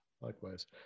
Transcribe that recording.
likewise